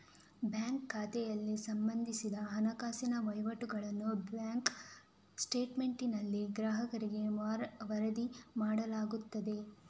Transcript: bank ಖಾತೆಯಲ್ಲಿ ಸಂಭವಿಸಿದ ಹಣಕಾಸಿನ ವಹಿವಾಟುಗಳನ್ನು ಬ್ಯಾಂಕ್ ಸ್ಟೇಟ್ಮೆಂಟಿನಲ್ಲಿ ಗ್ರಾಹಕರಿಗೆ ವರದಿ ಮಾಡಲಾಗುತ್ತದೆ